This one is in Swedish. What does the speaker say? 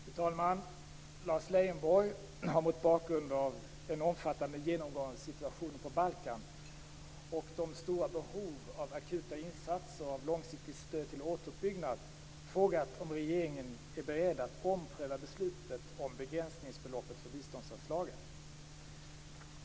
Fru talman! Lars Leijonborg har mot bakgrund av en omfattande genomgång av situationen på Balkan och de stora behoven av akuta insatser och långsiktigt stöd till återuppbyggnad frågat om regeringen är beredd att ompröva beslutet om begränsningsbeloppet för biståndsanslaget.